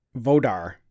vodar